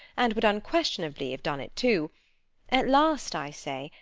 and would unquestionably have done it too at last, i say,